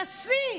והשיא,